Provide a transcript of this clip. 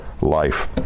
life